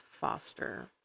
Foster